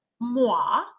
moi